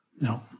No